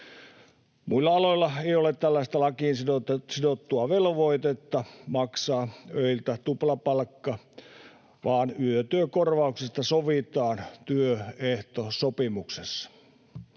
Muilla aloilla ei ole tällaista lakiin sidottua velvoitetta maksaa öiltä tuplapalkkaa, vaan yötyökorvauksista sovitaan työehtosopimuksessa.